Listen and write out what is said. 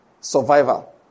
Survival